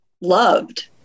loved